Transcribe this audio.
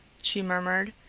she murmured,